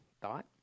thought